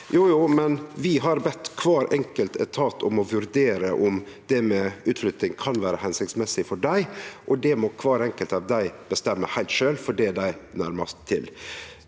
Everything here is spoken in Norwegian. på det at ein har bedt kvar enkelt etat om å vurdere om utflytting kan vere hensiktsmessig for dei, og det må kvar enkelt av dei bestemme heilt sjølv, fordi det er dei nærmast til.